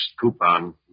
coupon